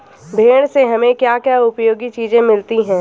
भेड़ से हमें क्या क्या उपयोगी चीजें मिलती हैं?